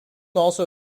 also